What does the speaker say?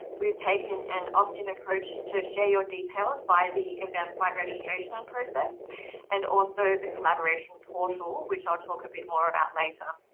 we've taken an opt in approach to share your details by the eventbrite registration and process and also the collaboration portal, which i'll talk a bit more about later.